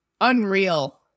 unreal